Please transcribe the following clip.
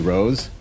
Rose